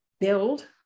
build